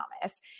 Thomas